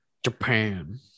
Japan